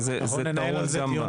כי זה טעון --- ננהל על זה דיון.